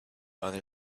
other